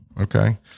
Okay